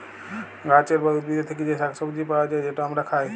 গাহাচের বা উদ্ভিদের থ্যাকে যে শাক সবজি পাউয়া যায়, যেট আমরা খায়